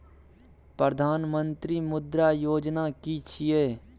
प्रधानमंत्री मुद्रा योजना कि छिए?